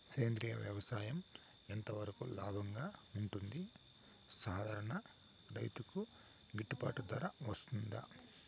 సేంద్రియ వ్యవసాయం ఎంత వరకు లాభంగా ఉంటుంది, సాధారణ రైతుకు గిట్టుబాటు ధర వస్తుందా?